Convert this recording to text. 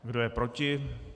Kdo je proti?